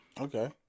Okay